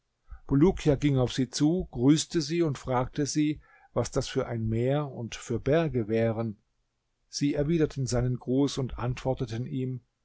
bulukia ging auf sie zu grüßte sie und fragte sie was das für ein meer und für berge wären sie erwiderten seinen gruß und antworteten ihm